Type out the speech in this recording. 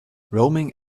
roaming